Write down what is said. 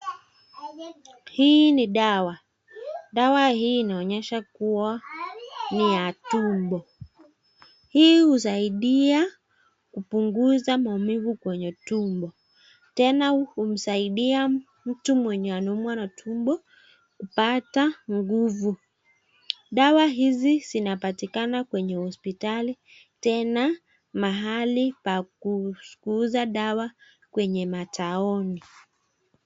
Hii ni dawa, dawa hii inaonyesha kua ni ya tumbo. Hii husaidia kupunguza maumivu kwenye tumbo. Tena humsaidia mtu kupata nguvu. Dawa hizi hupatikana kwenye mahospitali au sehemu za kuuza dawa mjini.